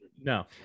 no